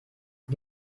ich